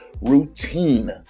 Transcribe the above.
routine